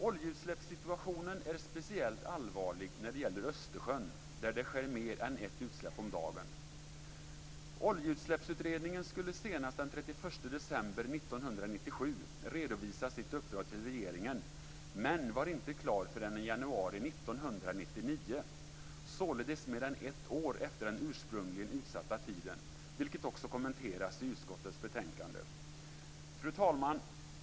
Oljeutsläppssituationen är speciellt allvarlig när det gäller Östersjön där det sker mer än ett utsläpp om dagen. 31 december 1997 redovisa sitt uppdrag till regeringen men var inte klar förrän i januari 1999 - således mer än ett år efter den ursprungligen utsatta tiden, vilket också kommenteras i utskottets betänkande. Fru talman!